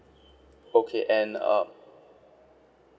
okay and uh